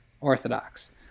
Orthodox